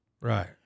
Right